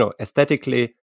aesthetically